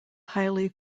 highly